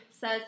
says